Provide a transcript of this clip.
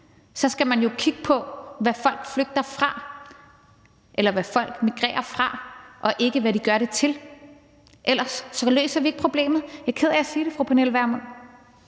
– skal man jo kigge på, hvad folk flygter fra, eller hvad folk migrerer fra, og ikke, hvad de gør det til, ellers løser vi ikke problemet. Jeg er ked af at sige det, fru Pernille Vermund.